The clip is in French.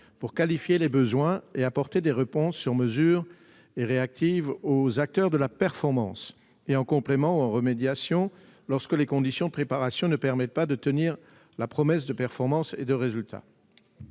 pour qualifier les besoins et apporter des réponses sur mesure et réactives aux acteurs de la performance » et « en complément ou en remédiation lorsque les conditions de préparation ne permettent pas de tenir la promesse de performance et de résultats